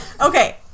Okay